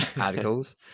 articles